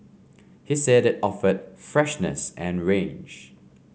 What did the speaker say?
he said it offered freshness and range